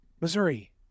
Missouri